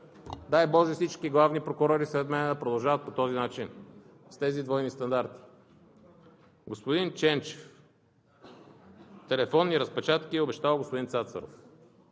дай боже, всички главни прокурори след мен да продължават по този начин с тези двойни стандарти. Господин Ченчев – телефонни разпечатки е обещал господин Цацаров.